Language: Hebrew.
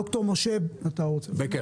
ד"ר משה בקר,